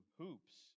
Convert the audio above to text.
hoops